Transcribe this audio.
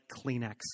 Kleenex